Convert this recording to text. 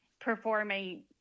performing